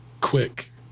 quick